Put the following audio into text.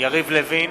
יריב לוין,